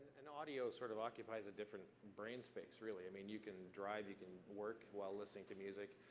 and audio sort of occupies a different brain space, really. i mean, you can drive, you can work while listening to music,